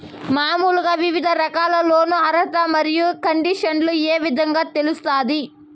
మామూలుగా వివిధ రకాల లోను అర్హత మరియు కండిషన్లు ఏ విధంగా తెలుస్తాది?